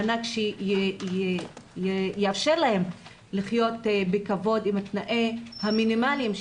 מענק שיאפשר להן לחיות בכבוד עם התנאים המינימליים.